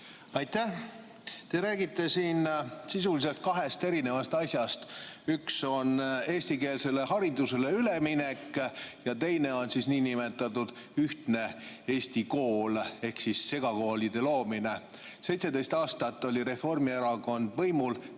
Aitäh! Te räägite siin sisuliselt kahest erinevast asjast: üks on eestikeelsele haridusele üleminek ja teine on nn ühtne Eesti kool ehk segakoolide loomine. 17 aastat oli Reformierakond võimul,